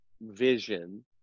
vision